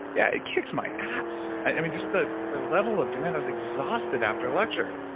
yeah, it kicks my ass. i mean, just the the level of demand, i was exhausted after lecture.